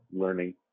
learning